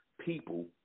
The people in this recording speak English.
people